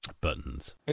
buttons